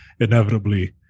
Inevitably